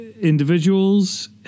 individuals